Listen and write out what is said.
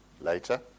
later